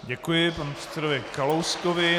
Děkuji panu předsedovi Kalouskovi.